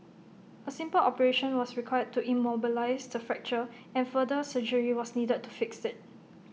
A simple operation was required to immobilise the fracture and further surgery was needed to fix IT